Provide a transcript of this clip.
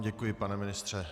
Děkuji vám, pane ministře.